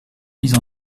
mis